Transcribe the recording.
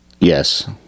Yes